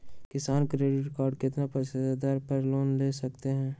किसान credit card कितना फीसदी दर पर लोन ले सकते हैं?